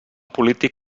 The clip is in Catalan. polític